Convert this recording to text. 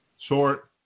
Short